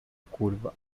curva